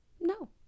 no